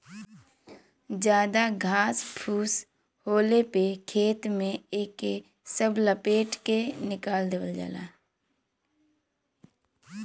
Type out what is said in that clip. जादा घास फूस होले पे खेत में एके सब लपेट के निकाल देवल जाला